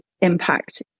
impact